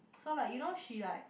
so like you know she like